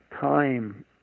time